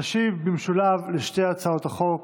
תשיב במשולב לשתי הצעות החוק